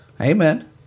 Amen